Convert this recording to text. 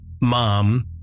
mom